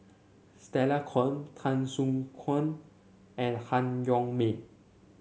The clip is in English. Stella Kon Tan Soo Khoon and Han Yong May